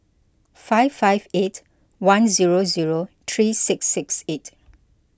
five five eight one zero zero three six six eight